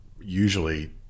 usually